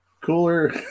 cooler